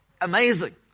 amazing